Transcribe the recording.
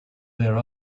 there